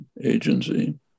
agency